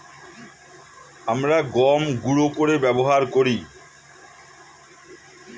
আমরা গম গুঁড়ো করে ব্যবহার করি